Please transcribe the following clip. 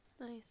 nice